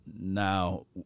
Now